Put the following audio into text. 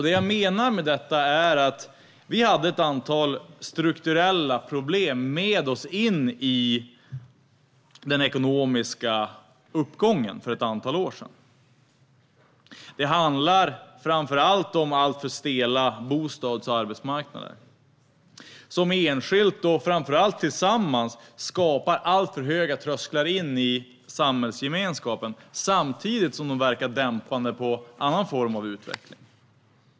Det jag menar med detta är att vi hade ett antal strukturella problem med oss in i den ekonomiska uppgången för ett antal år sedan. Det handlar framför allt om alltför stela bostads och arbetsmarknader som enskilt och framför allt tillsammans skapar alltför höga trösklar in i samhällsgemenskapen samtidigt som de verkar dämpande på annan form av utveckling.